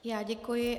Já děkuji.